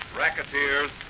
racketeers